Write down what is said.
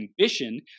ambition